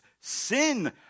sin